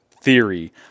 theory